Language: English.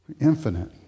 Infinite